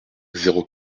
zéro